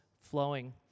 flowing